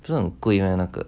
不是很贵咩那个